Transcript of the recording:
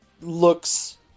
looks